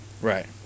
Right